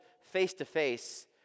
face-to-face